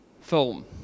film